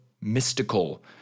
mystical